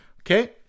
okay